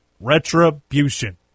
Retribution